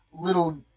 little